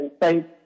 thank